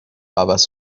عوض